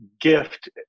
gift